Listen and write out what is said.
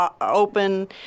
open